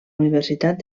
universitat